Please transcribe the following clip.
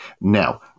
Now